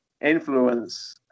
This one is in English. influence